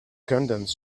condoms